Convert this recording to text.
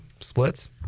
Splits